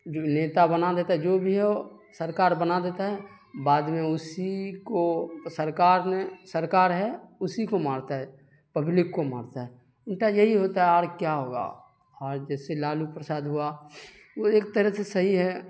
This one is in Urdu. جو نیتا بنا دیتا ہے جو بھی ہو سرکار بنا دیتا ہے بعد میں اسی کو سرکار نے سرکار ہے اسی کو مارتا ہے پبلک کو مارتا ہے الٹا یہی ہوتا ہے اور کیا ہوگا اور جیسے لالو پرساد ہوا وہ ایک طرح سے صحیح ہے